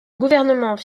gouvernement